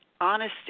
honesty